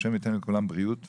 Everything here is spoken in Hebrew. ה' ייתן לכולם בריאות וכוח,